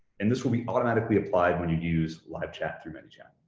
and this will be automatically applied when you use live chat through manychat.